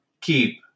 Keep